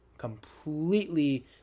completely